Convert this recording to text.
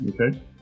Okay